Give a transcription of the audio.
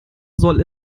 soll